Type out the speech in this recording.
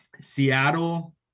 Seattle